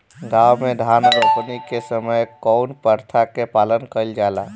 गाँव मे धान रोपनी के समय कउन प्रथा के पालन कइल जाला?